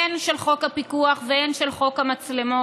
הן של חוק הפיקוח והן של חוק המצלמות,